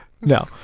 No